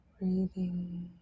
breathing